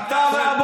תגיב.